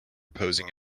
posing